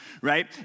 right